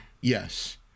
Yes